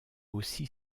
aussi